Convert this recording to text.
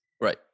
Right